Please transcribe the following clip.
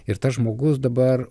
ir tas žmogus dabar